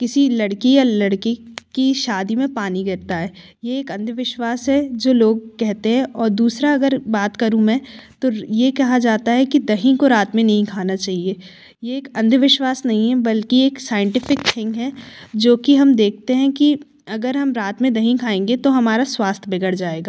किसी लड़की या लड़के की शादी में पानी गिरता है ये एक अंधविश्वास है जो लोग कहते हैं और दूसरा अगर बात करूँ मैं तो ये कहा जाता है कि दही को रात में नहीं खाना चाहिए ये एक अंधविश्वास नहीं है बल्कि एक साइंटिफिक थिंग है जो कि हम देखते हैं कि अगर हम रात में दही खाएँगे तो हमारा स्वास्थ्य बिगड़ जाएगा